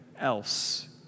else